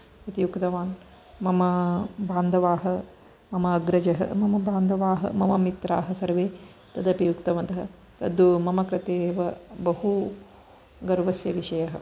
इति उक्तवान् मम बान्धवाः मम अग्रजः मम बान्धवाः मम मित्राः सर्वे तदपि उक्तवन्तः तद् मम कृते एव बहू गर्वस्य विषयः